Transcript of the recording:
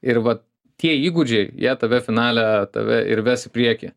ir va tie įgūdžiai jie tave finale tave ir ves į priekį